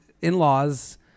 in-laws